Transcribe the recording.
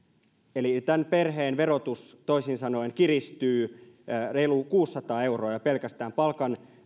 eli tämän perheen verotus toisin sanoen kiristyy reilu kuusisataa euroa jo pelkästään palkan